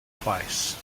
twice